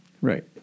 Right